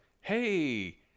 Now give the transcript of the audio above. hey